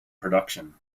production